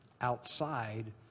outside